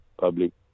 public